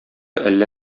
әллә